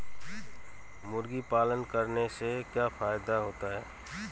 मुर्गी पालन करने से क्या फायदा होता है?